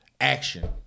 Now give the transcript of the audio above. action